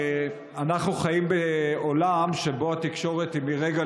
אנחנו חיים בעולם שבו התקשורת היא מרגע